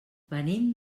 venim